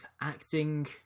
acting